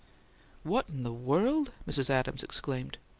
what in the world! mrs. adams exclaimed.